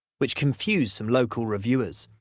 which confused some local reviewers.